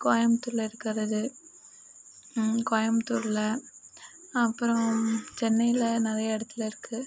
கோயமுத்தூரில் இருக்கறது கோயமுத்தூரில் அப்புறம் சென்னையில் நிறையா இடத்துல இருக்கு